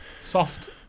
soft